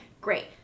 Great